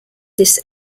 this